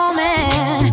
man